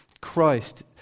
Christ